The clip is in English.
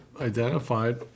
identified